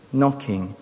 knocking